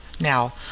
Now